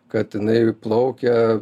kad inai plaukia